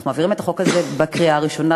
אנחנו מעבירים את החוק הזה בקריאה ראשונה,